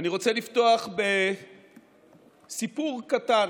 אני רוצה לפתוח בסיפור קטן.